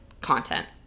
content